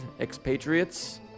expatriates